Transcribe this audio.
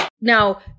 Now